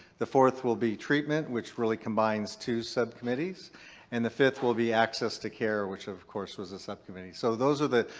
the fourth will be treatment, which really combines two subcommittees and the fifth will be access to care which of course was a subcommittee. so those are the.